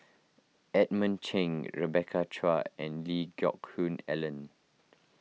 Edmund Cheng Rebecca Chua and Lee Geck Hoon Ellen